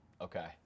Okay